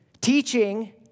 Teaching